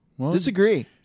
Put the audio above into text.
Disagree